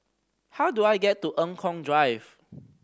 how do I get to Eng Kong Drive